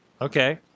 okay